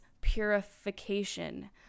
purification